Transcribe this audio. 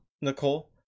Nicole